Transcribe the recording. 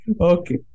okay